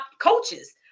coaches